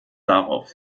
darauf